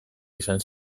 izan